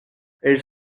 elles